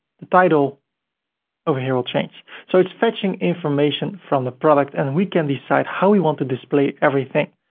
the title over here will change. so it's fetching information from the product and we can decide how we want to display everything.